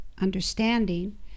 understanding